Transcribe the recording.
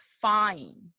fine